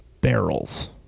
barrels